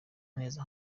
neza